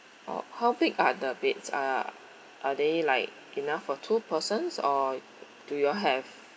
oh how big are the beds are are they like enough for two persons or do you all have